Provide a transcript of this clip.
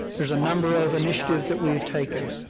there's a number of initiatives that we've taken.